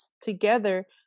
together